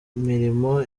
mirimo